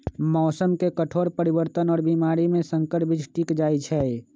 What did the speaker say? मौसम के कठोर परिवर्तन और बीमारी में संकर बीज टिक जाई छई